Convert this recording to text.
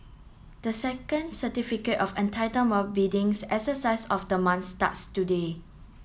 the second Certificate of Entitlement biddings exercise of the month starts today